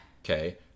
Okay